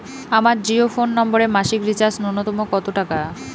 আমার জিও ফোন নম্বরে মাসিক রিচার্জ নূন্যতম কত টাকা?